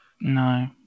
No